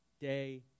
day